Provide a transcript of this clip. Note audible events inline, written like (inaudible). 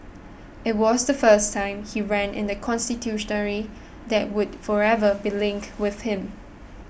it was the first time he ran in the (unintelligible) that would forever be linked with him